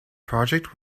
project